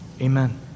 Amen